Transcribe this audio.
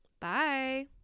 bye